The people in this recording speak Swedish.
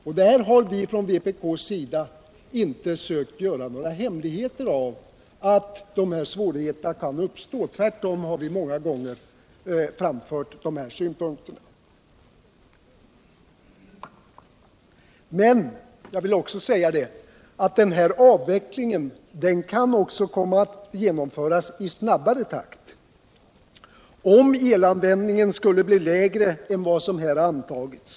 Vi har från vpk:s sida inte försökt göra några hemligheter av att de här svårigheterna kan uppstå. Tvärtom har vi många gånger framfört de här synpunkterna. Den här avvecklingen kan också komma att genomföras i en snabbare takt om elanvändningen skulle bli lägre än vad som har antagits.